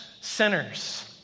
sinners